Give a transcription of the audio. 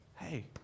Hey